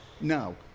No